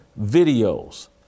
videos